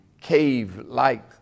cave-like